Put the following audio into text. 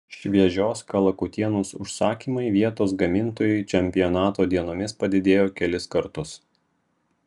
šviežios kalakutienos užsakymai vietos gamintojui čempionato dienomis padidėjo kelis kartus